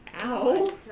Ow